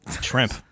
shrimp